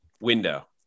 window